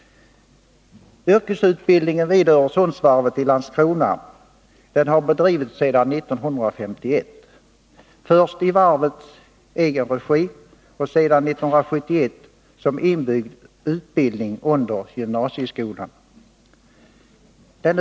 Yrkesutbildningen vid Öresundsvarvet i Landskrona har bedrivits sedan 1951, först i varvets egen regi och sedan 1971 som inbyggd utbildning under gymnasieskolan.